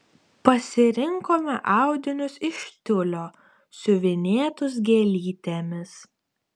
pasirinkome audinius iš tiulio siuvinėtus gėlytėmis